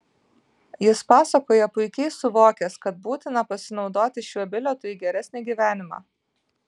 jis pasakoja puikiai suvokęs kad būtina pasinaudoti šiuo bilietu į geresnį gyvenimą